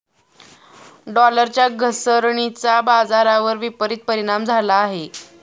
डॉलरच्या घसरणीचा बाजारावर विपरीत परिणाम झाला आहे